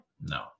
no